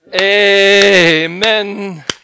Amen